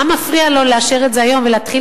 מה מפריע לו לאשר את זה היום ולהתחיל